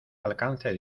alcance